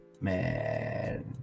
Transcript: man